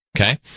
Okay